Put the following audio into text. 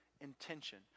intention